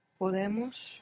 Podemos